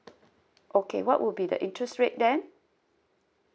okay what would be the interest rate then